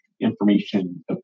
information